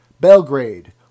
Belgrade